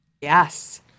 Yes